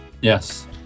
Yes